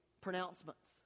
pronouncements